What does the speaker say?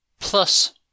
plus